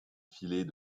filet